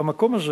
במקום הזה